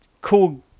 cool